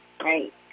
right